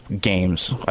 games